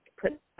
Put